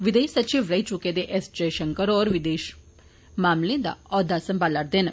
विदेश सचिव रेई चुके दे एस जय शंकर होर विदेश मंत्री दा औहदा सम्भाला करदे न